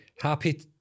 happy